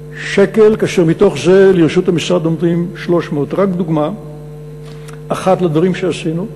כאשר מתוך זה לרשות המשרד עומדים 300. רק דוגמה אחת לדברים שעשינו,